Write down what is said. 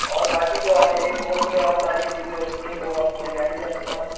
اور باقی جو ایک کورس میں اور ساری چیزیں ہوتی ہیں وہ آپ مل جائیں گی آپ کے پاس